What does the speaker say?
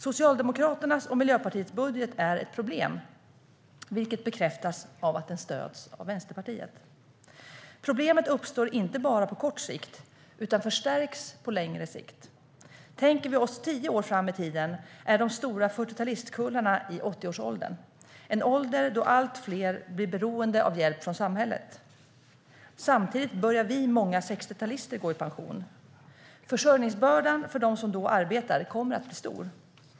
Socialdemokraternas och Miljöpartiets budget är ett problem, vilket bekräftas av att den stöds av Vänsterpartiet. Problemet uppstår inte bara på kort sikt, utan förstärks på längre sikt. Låt oss tänka oss tio år fram i tiden. Då är de stora 40-talistkullarna i 80-årsåldern, en ålder då allt fler blir beroende av hjälp från samhället. Samtidigt börjar vi många 60-talister att gå i pension. Försörjningsbördan för dem som då arbetar kommer att bli stor.